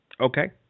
Okay